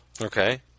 Okay